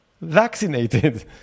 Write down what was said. Vaccinated